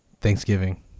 Thanksgiving